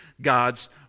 God's